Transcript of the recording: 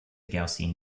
gaussian